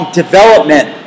development